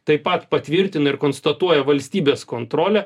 taip pat patvirtina ir konstatuoja valstybės kontrolę